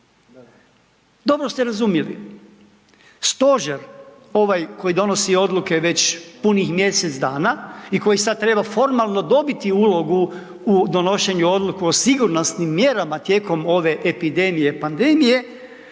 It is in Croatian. Dobro ste razumjeli, stožer ovaj koji donosi odluke već punih mjesec dana i koji sad treba formalno dobiti ulogu u donošenju, odluku o sigurnosnim mjerama tijekom ove epidemije i pandemije